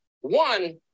one